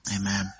Amen